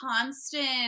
constant